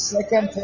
Second